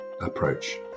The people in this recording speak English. approach